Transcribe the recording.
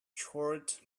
short